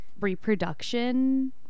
reproduction